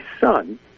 son